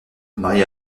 mariée